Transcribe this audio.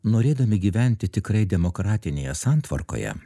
norėdami gyventi tikrai demokratinėje santvarkoje